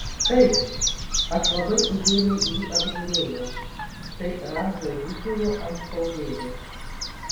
taip aš labai įdėmiai jį apžiūrėjau tai ramzio didžiojo antspaudėlis